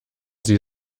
sie